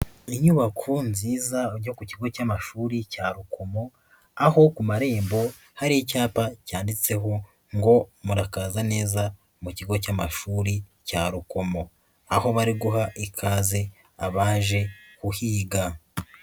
Inyubako nziza yo ku kigo cy'amashuri cya Rukomo, aho ku marembo hari icyapa cyanditseho ngo murakaza neza mu kigo cy'amashuri cya Rukomo. Aho bari guha ikaze abaje kuhiga.